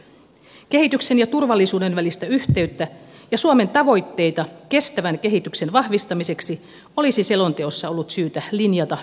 kehityksen ja turvallisuuden välistä yhteyttä ja suomen tavoitteita kestävän kehityksen vahvistamiseksi olisi selonteossa ollut syytä linjata yksityiskohtaisemmin